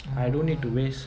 ah